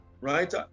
right